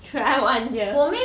try one year